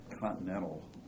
continental